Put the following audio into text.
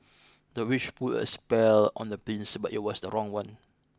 the witch put a spell on the prince but it was the wrong one